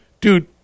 dude